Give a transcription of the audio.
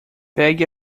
pegue